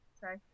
Sorry